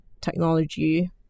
technology